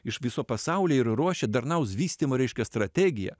iš viso pasaulio ir ruošia darnaus vystymo reiškia strategiją